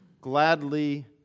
gladly